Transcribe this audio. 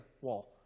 wall